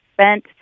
spent